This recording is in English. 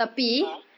ah